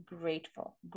grateful